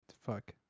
Fuck